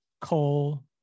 coal